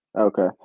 Okay